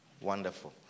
Wonderful